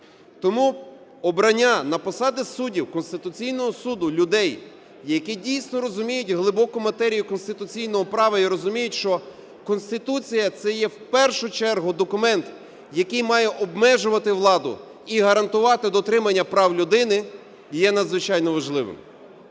Тому обрання на посади суддів Конституційного Суду людей, які дійсно розуміють глибоку матерію конституційного права, і розуміють, що Конституція – це є в першу чергу документ, який має обмежувати владу і гарантувати дотримання прав людини, є надзвичайно важливим.